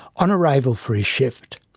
on arrival for his shift,